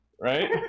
Right